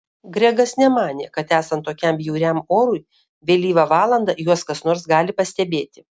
gregas nemanė kad esant tokiam bjauriam orui vėlyvą valandą juos kas nors gali pastebėti